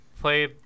play